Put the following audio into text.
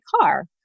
car